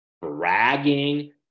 bragging